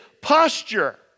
posture